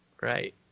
right